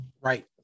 right